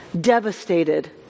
devastated